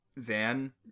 Zan